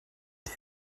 den